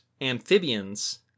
amphibians